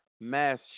mass